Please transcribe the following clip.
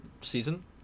season